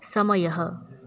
समयः